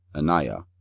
anaiah,